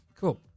cool